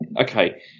Okay